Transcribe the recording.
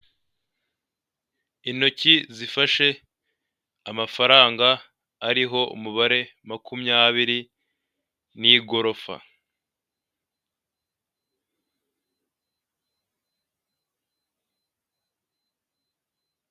Intoki zifashe amafaranga, ariho umubare makumyabiri n'igorofa.